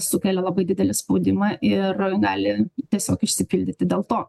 sukelia labai didelį spaudimą ir gali tiesiog išsipildyti dėl to